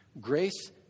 Grace